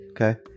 okay